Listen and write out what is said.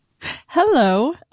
Hello